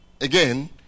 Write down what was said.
again